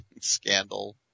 scandal